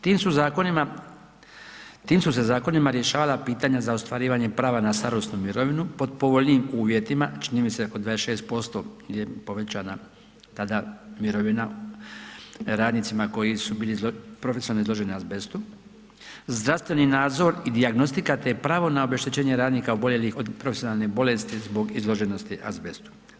Tim su zakonima, tim su se zakonima rješavala pitanja za ostvarivanje prava na starosnu mirovinu pod povoljnijim uvjetima, čini mi se oko 26% je povećana tada mirovina radnicima koji su bili profesionalno izloženi azbestu, zdravstveni nadzor i dijagnostika, te pravo na obeštećenje radnika oboljelih od profesionalne bolesti zbog izloženosti azbestu.